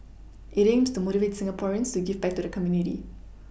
it aims to motivate Singaporeans to give back to the community